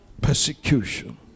persecution